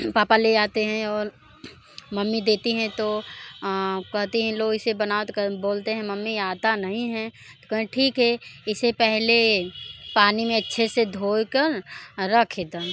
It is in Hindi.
पापा ले आते हैं और मम्मी देती हैं तो कहती हैं लो इसे बनाओ तो क बोलते हैं मम्मी आता नहीं हैं त कहें ठीक है इसे पहले पानी में अच्छे से धोइ का रखे द